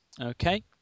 Okay